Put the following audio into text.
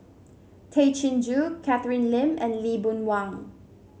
Tay Chin Joo Catherine Lim and Lee Boon Wang